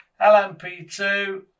LMP2